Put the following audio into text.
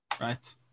right